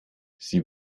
sie